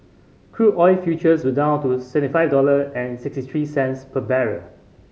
crude oil futures were down to seventy five dollar and sixty three cents per barrel